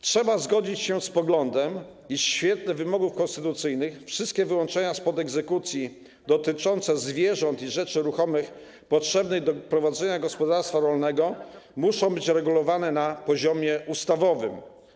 Trzeba zgodzić się z poglądem, iż w świetle wymogów konstytucyjnych wszystkie wyłączenia spod egzekucji dotyczące zwierząt i rzeczy ruchomych potrzebnych do prowadzenia gospodarstwa rolnego muszą być regulowane na poziomie ustawowym.